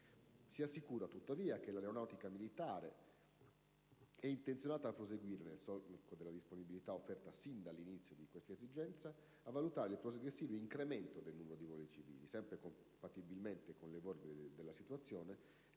Si assicura, tuttavia, che l'Aeronautica militare è intenzionata a proseguire, nel solco della disponibilità offerta fin dall'inizio di tale esigenza, a valutare il progressivo incremento del numero dei voli civili, compatibilmente con l'evolversi della situazione